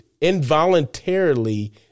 involuntarily